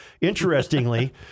Interestingly